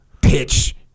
pitch